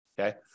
okay